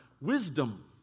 wisdom